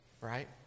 right